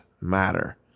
matter